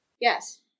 Yes